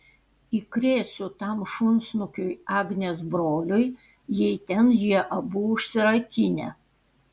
įkrėsiu tam šunsnukiui agnės broliui jei ten jie abu užsirakinę